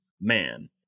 man